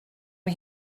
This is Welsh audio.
mae